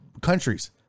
Countries